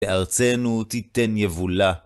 בארצנו תיתן יבולה.